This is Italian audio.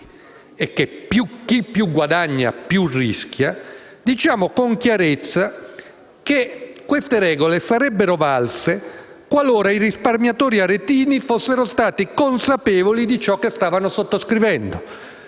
e che chi più guadagna più rischia, diciamo con chiarezza che queste regole sarebbero valse qualora i risparmiatori aretini fossero stati consapevoli di ciò che stavano sottoscrivendo.